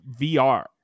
VR